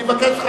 אני מבקש ממך,